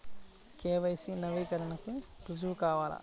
KYC నవీకరణకి రుజువు కావాలా?